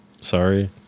Sorry